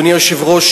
אדוני היושב-ראש,